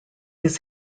his